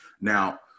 Now